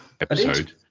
episode